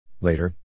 Later